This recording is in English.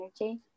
energy